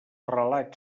relat